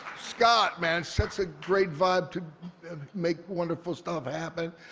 scott, man. such a great vibe to make wonderful stuff happen.